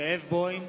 זאב בוים,